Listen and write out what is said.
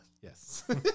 Yes